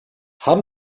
haben